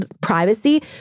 privacy